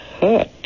hurt